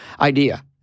idea